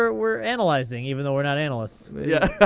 we're we're analyzing, even though we're not analysts. yeah.